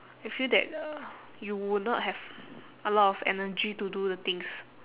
I feel that uh you would not have a lot of energy to do the things